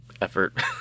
effort